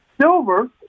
Silver